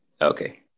Okay